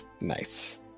Nice